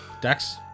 Dex